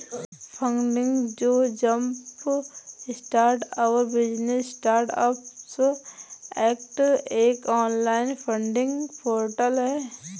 funding जो jumpstart our business startups act एक online funding portal है